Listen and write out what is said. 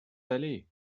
allez